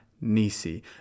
Nisi